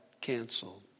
canceled